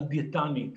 על דיאטנית,